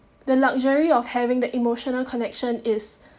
the luxury of having the emotional connection is